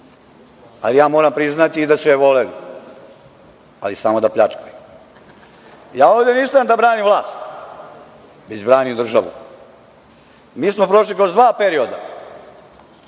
ali ja moram priznati da su je voleli, ali samo da pljačkaju. Ovde nisam da branim vlast, već branim državu. Mi smo prošli kroz dva perioda.